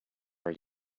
are